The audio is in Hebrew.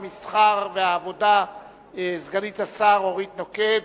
המסחר והעבודה אורית נוקד,